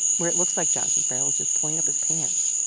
where it looks like jonathan ferrell is just pulling up his pants.